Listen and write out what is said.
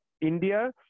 India